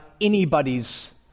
anybody's